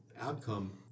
outcome